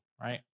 right